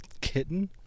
kitten